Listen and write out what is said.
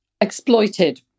exploited